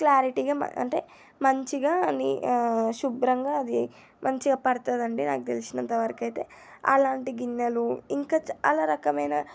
క్లారిటీగా మ అంటే మంచిగా ని శుభ్రంగా అది మంచిగా పడుతుందండి నాకు తెలిసినంతవరకు అయితే అలాంటి గిన్నెలు ఇంకా చాలా రకమైన